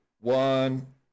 one